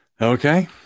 Okay